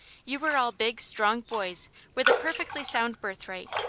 you were all big, strong boys with a perfectly sound birthright.